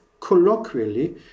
colloquially